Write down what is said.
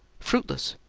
fruitless!